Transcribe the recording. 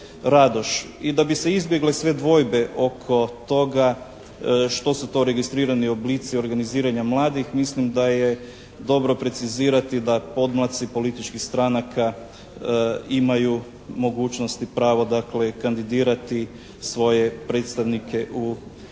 I da bi se izbjegle sve dvojbe oko toga što su to registrirani oblici organiziranja mladih mislim da je dobro precizirati da podmlatci političkih stranaka imaju mogućnost i pravo, dakle, kandidirati svoje predstavnike u Vijeća